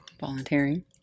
Volunteering